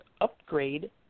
upgrade